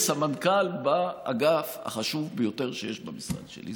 סמנכ"ל באגף החשוב ביותר שיש במשרד שלי.